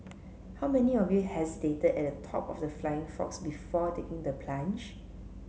how many of you hesitated at the top of the flying fox before taking the plunge